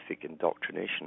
indoctrination